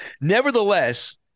Nevertheless